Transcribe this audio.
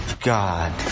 God